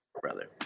brother